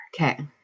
Okay